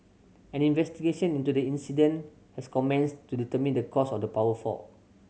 an investigation into the incident has commenced to determine the cause of the power fault